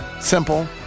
simple